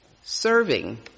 serving